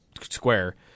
Square